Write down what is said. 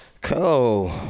cool